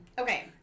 Okay